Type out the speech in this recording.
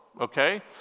okay